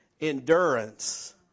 endurance